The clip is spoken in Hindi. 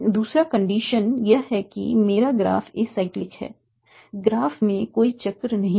दूसरा कंडीशन यह है कि मेरा ग्राफ एसाइक्लिक है ग्राफ में कोई चक्र नहीं है